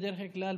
בדרך כלל,